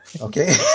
Okay